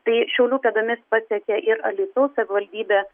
tai šiaulių pėdomis pasekė ir alytaus savivaldybė